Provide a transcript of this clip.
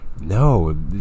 no